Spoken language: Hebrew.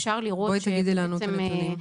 בואי תגידי לנו את הנתונים.